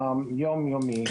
היום-יומי.